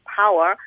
power